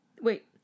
Wait